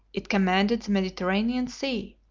it commanded the mediterranean sea,